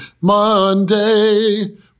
Monday